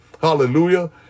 hallelujah